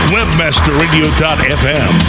WebmasterRadio.fm